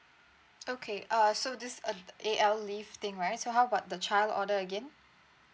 okay uh so this uh A_L leave thing right so how about the child order again